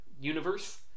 universe